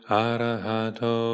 arahato